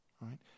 right